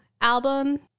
album